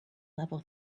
level